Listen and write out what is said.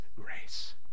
grace